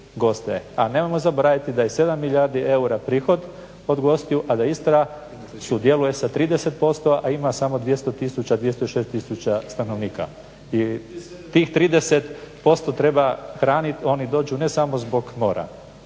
a nemojmo zaboraviti i da je 7 milijardi eura prihod od gostiju a da Istra sudjeluje sa 30%, a ima samo 206 tisuća stanovnika. I tih 30% treba hranit, oni dođu, ne samo zbog mora,